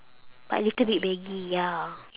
but a little bit baggy ya